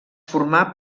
formà